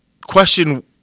question